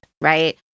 right